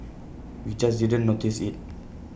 we just didn't notice IT